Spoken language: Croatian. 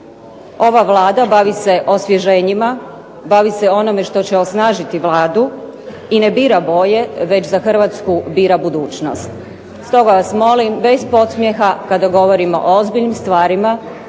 ova Vlada bavi se osvježenjima, bavi se onim što će osnažiti Vladu I ne bira boje već za Hrvatsku bira budućnost, stoga vas molim bez podsmjeha kada govorimo o ozbiljnim stvarima